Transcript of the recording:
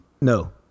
no